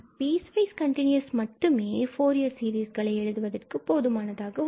piece wise continuous மட்டுமே Fourier சீரிஸ்களை எழுதுவதற்கு போதுமானதாக உள்ளது